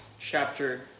chapter